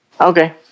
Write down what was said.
okay